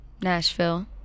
Nashville